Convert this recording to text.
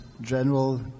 general